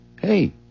hey